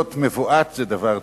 להיות מבועת זה דבר טוב,